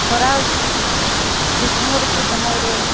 ଖରା ଗ୍ରୀଷ୍ମ ଋତୁ ସମୟରେ